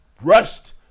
rushed